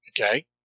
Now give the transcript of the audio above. Okay